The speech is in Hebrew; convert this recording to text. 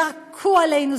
ירקו עלינו,